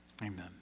amen